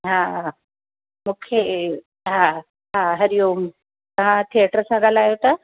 हा मूंखे हा हा हरि ओम हा थिएटर सां ॻाल्हायो था